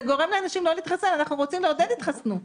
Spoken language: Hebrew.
אנחנו רוצים לעודד התחסנות.